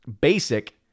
basic